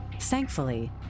Thankfully